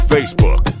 Facebook